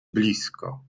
blisko